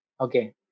Okay